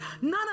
None